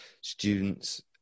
students